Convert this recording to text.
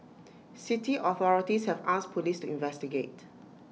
city authorities have asked Police to investigate